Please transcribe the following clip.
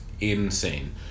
insane